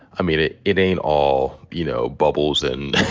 i mean, it it ain't all, you know, bubbles and